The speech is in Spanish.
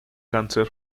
cáncer